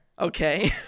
Okay